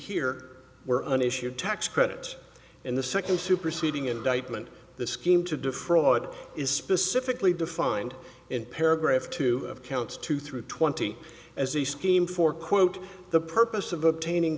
here were an issue of tax credit and the second superseding indictment the scheme to defraud is specifically defined in paragraph two of counts two through twenty as a scheme for quote the purpose of obtaining